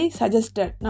suggested